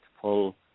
pull